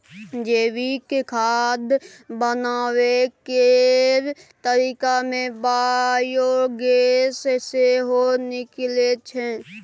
जैविक खाद बनाबै केर तरीका मे बायोगैस सेहो निकलै छै